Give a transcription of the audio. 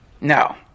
No